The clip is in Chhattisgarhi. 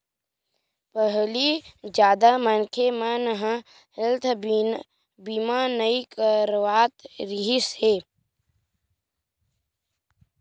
पहिली जादा मनखे मन ह हेल्थ बीमा नइ करवात रिहिस हे